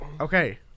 Okay